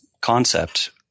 concept